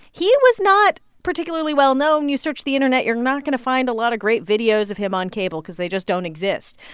he was not particularly well-known. you search the internet, you're not going to find a lot of great videos of him on cable because they just don't exist.